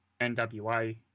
NWA